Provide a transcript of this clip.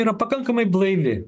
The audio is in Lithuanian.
yra pakankamai blaivi